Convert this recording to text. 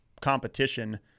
competition